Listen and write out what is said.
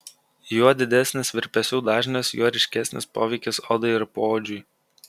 juo didesnis virpesių dažnis juo ryškesnis poveikis odai ir poodžiui